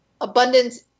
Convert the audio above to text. abundance